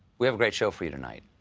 we have a great show for you tonight.